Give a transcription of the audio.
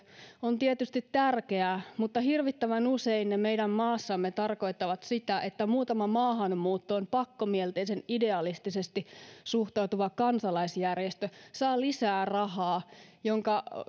on tietysti tärkeää mutta hirvittävän usein se meidän maassamme tarkoittaa sitä että muutama maahanmuuttoon pakkomielteisen idealistisesti suhtautuva kansalaisjärjestö saa lisää rahaa